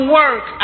work